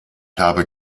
habe